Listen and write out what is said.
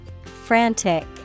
Frantic